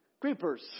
creepers